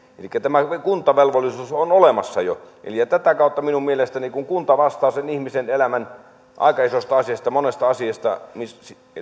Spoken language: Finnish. tämä kuntavelvollisuus on olemassa jo tätä kautta minun mielestäni kun kunta vastaa sen ihmisen elämän aika monesta isosta asiasta ja